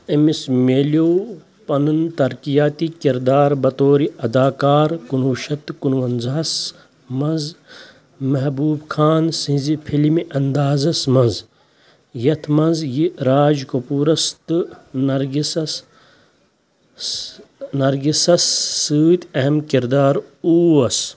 أمِس مِلیو پنُن ترقِیاتی کِردار بطورِ اداکار کُنوُہ شَتھ تہٕ کُنوَنٛزاہس منٛز محبوٗب خان سٕنٛزِ فِلمہِ اندازس منٛز یتھ منٛز یہِ راج کپوٗرس تہٕ نرگِسس نرگِسس سۭتۍ اہم کِردار اوس